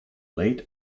late